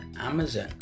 Amazon